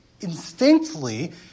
instinctively